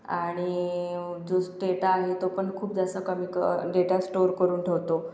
आणि जो स्टेटा आहे तो पण खूप जास्त कमी क डेटा स्टोर करून ठेवतो